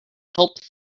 help